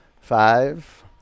Five